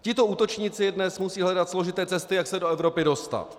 Tito útočníci dnes musí hledat složité cesty, jak se do Evropy dostat.